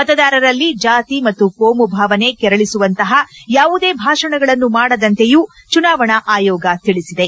ಮತದಾರರಲ್ಲಿ ಜಾತಿ ಮತ್ತು ಕೋಮುಭಾವನೆ ಕೆರಳಿಸುವಂತಪ ಯಾವುದೇ ಭಾಷಣಗಳನ್ನು ಮಾಡದಂತೆಯೂ ಚುನಾವಣಾ ಆಯೋಗ ತಿಳಿಸಿದೆ